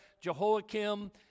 Jehoiakim